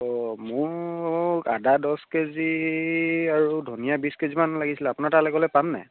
অঁ মোক আদা দছ কেজি আৰু ধনীয়া বিছ কেজিমান লাগিছিলে আপোনাৰ তালৈ গ'লে পামনেে